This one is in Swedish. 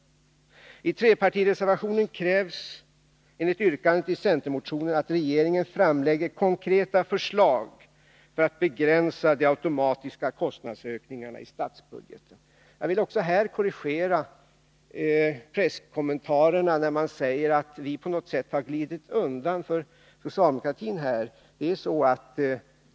I trepartireservationen krävs enligt yrkandet i centermotionen att regeringen framlägger konkreta förslag för att begränsa de automatiska kostnadsökningarna i statsbudgeten. Jag vill också här korrigera presskommentarerna, där man säger att vi på något sätt har glidit undan för socialdemokratin.